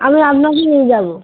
আমি আপনাকে নিয়ে যাবো